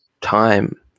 time